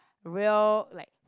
real like